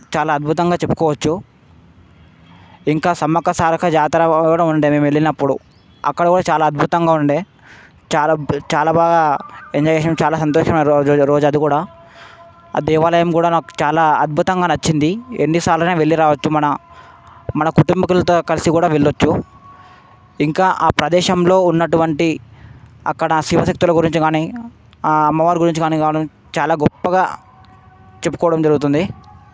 చాలా అద్భుతంగా చెప్పుకోవచ్చు ఇంకా సమ్మక్క సారక్క జాతర కూడా ఉండే మేము వెళ్ళినపుడు అక్కడ కూడా చాలా అద్భుతంగా ఉండేది చాలా చాలా బాగా ఎంజాయ్ చేసాము చాలా సంతోషకరమైన రోజు రోజు అది కూడా ఆ దేవాలయం కూడా నాకు చాలా అద్భుతంగా నచ్చింది ఎన్నిసార్లు అయినా వెళ్ళి రావచ్చు మన మన కుటుంబీకులతో కలిసి కూడా వెళ్ళవచ్చు ఇంకా ఆ ప్రదేశంలో ఉన్నటువంటి అక్కడ శివశక్తుల గురించి కానీ అమ్మవారి గురించి కానీ చాలా గొప్పగా చెప్పుకోవడం జరుగుతుంది